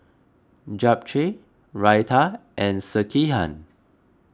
Japchae Raita and Sekihan